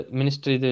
ministry